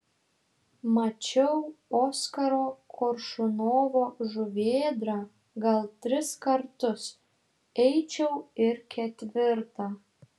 mačiau oskaro koršunovo žuvėdrą gal tris kartus eičiau ir ketvirtą